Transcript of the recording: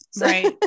Right